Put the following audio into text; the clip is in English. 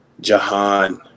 Jahan